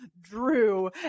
Drew